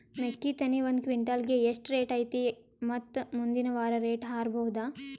ಮೆಕ್ಕಿ ತೆನಿ ಒಂದು ಕ್ವಿಂಟಾಲ್ ಗೆ ಎಷ್ಟು ರೇಟು ಐತಿ ಮತ್ತು ಮುಂದಿನ ವಾರ ರೇಟ್ ಹಾರಬಹುದ?